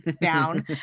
down